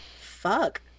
Fuck